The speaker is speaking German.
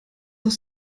auch